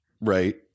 right